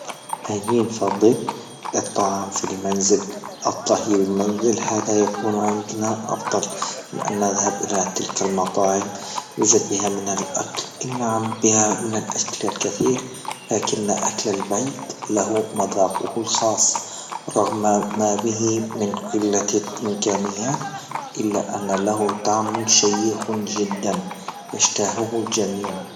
اني نفضل الطعام في المنزل الطهي المنزل هذا يكون عندنا أفضل من أن نذهب إلى تلك المطاعم يوجد بها من لأكل، إيه نعم بها من لأكلة الكثير لكن أكل البيت له مذاقه الخاص رغم ما به من قلة الإمكانيات إلا أنه به طعم شيق جدا، يشتاهه الجميع.